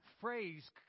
phrase